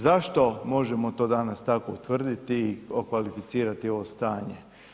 Zašto možemo to danas tako utvrditi i tako okvalificirati ovo stanje?